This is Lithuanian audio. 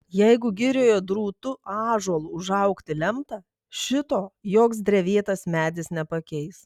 jeigu girioje drūtu ąžuolu užaugti lemta šito joks drevėtas medis nepakeis